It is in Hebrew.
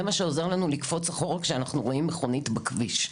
מה שעוזר לנו לקפוץ אחורה כשאנחנו רואים מכונית בכביש,